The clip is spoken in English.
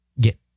get